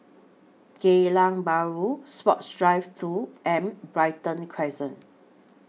Geylang Bahru Sports Drive two and Brighton Crescent